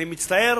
אני מצטער